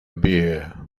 beer